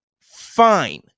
Fine